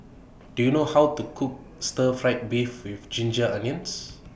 Do YOU know How to Cook Stir Fried Beef with Ginger Onions